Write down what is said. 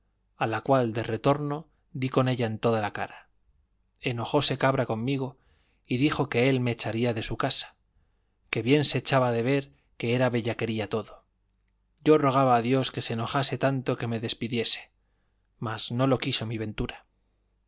a la cual de retorno di con ella en toda la cara enojóse cabra conmigo y dijo que él me echaría de su casa que bien se echaba de ver que era bellaquería todo yo rogaba a dios que se enojase tanto que me despidiese mas no lo quiso mi ventura